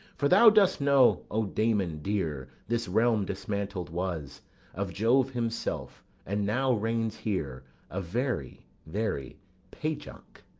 for thou dost know, o damon dear, this realm dismantled was of jove himself and now reigns here a very, very pajock.